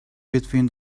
between